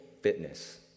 fitness